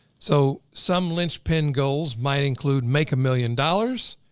so, some linchpin goals might include make a million dollars,